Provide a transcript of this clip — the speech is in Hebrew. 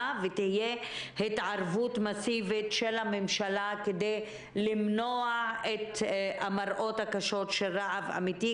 ותהיה התערבות מסיבית של הממשלה כדי למנוע מראות קשים של רעב אמיתי.